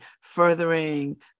furthering